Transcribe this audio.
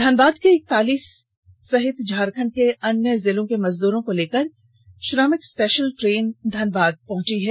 धनबाद के इक्कतालीस सहित झारखंड के अन्य जिलों के मजदूरों को लेकर श्रमिक स्पेषल ट्रेन धनबाद पहुंची है